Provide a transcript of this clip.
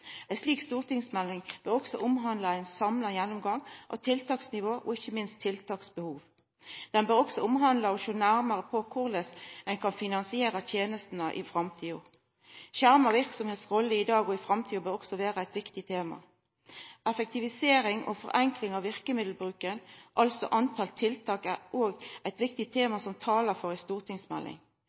Ei slik stortingsmelding bør også handla om ein samla gjennomgang av tiltaksnivå og ikkje minst tiltaksbehov. Ho bør også handla om, og sjå nærare på, korleis ein kan finansiera tenestene i framtida. Rolla til skjerma verksemder i dag og i framtida bør også vera eit viktig tema. Effektivisering og forenkling av verkemiddelbruken, altså talet på tiltak, er også eit viktig tema som talar for ei stortingsmelding